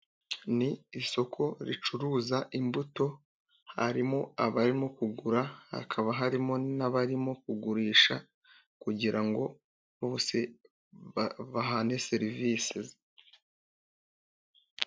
Ni isoko ricuruza imbuto, harimo abarimo kugura hakaba harimo n'abarimo kugurisha kugira ngo bose bahane serivisi.